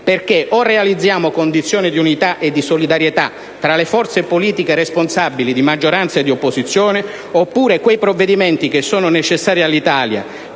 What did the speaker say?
perché o realizziamo condizioni di unità e di solidarietà tra le forze politiche responsabili, di maggioranza e di opposizione, oppure quei provvedimenti che sono necessari all'Italia